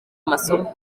amasomo